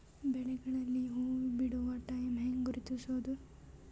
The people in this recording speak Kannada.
ಬೆಳೆಗಳಲ್ಲಿ ಹೂಬಿಡುವ ಟೈಮ್ ಹೆಂಗ ಗುರುತಿಸೋದ?